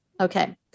Okay